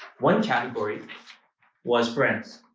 one category was friends